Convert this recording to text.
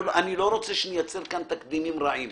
איני רוצה שנייצר כאן תקדימים רעים.